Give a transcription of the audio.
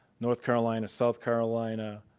north carolina, south carolina,